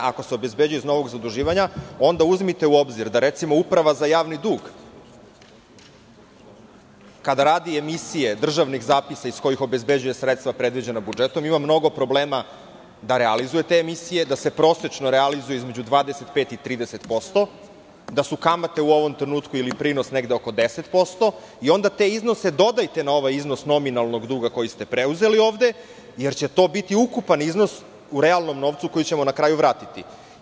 Ako se obezbeđuje iz novog zaduživanja, onda uzmite u obzir da, recimo, Uprava za javni dug, kada radi emisije državnih zapisa iz kojih obezbeđuje sredstva predviđena budžetom, ima mnogo problema da realizuje te emisije, da se prosečno realizuje između 25 i 30%, da su kamate u ovom trenutku ili prinos negde oko 10%, i onda te iznose dodajte na ovaj iznos nominalnog duga koji ste preuzeli ovde, jer će to biti ukupan iznos u realnom novcu koji ćemo na kraju vratiti.